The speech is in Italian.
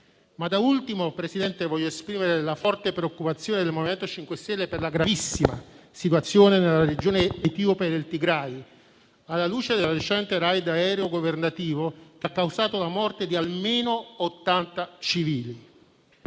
Da ultimo, voglio esprimere la forte preoccupazione del MoVimento 5 Stelle per la gravissima situazione nella regione etiope del Tigray, alla luce del recente *raid* aereo governativo che ha causato la morte di almeno 80 civili.